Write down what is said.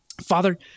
Father